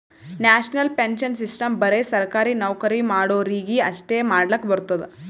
national pension system ಬರೆ ಸರ್ಕಾರಿ ನೌಕರಿ ಮಾಡೋರಿಗಿ ಅಷ್ಟೇ ಮಾಡ್ಲಕ್ ಬರ್ತುದ್